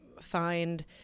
find